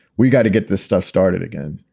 we've got to get this stuff started again.